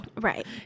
Right